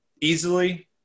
easily